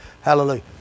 Hallelujah